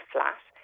Flat